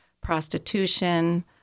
prostitution